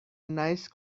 nice